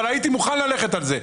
אבל הייתי מוכן ללכת על זה.